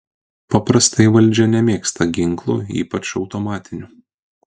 paprastai valdžia nemėgsta ginklų ypač automatinių